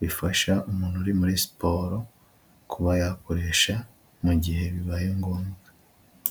bifasha umuntu uri muri siporo kuba yakoresha mu gihe bibaye ngombwa.